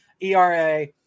ERA